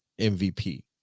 MVP